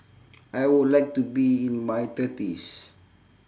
I would like to be in my thirties